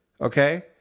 Okay